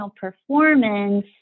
performance